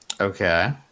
Okay